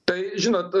tai žinot